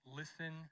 listen